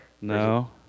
No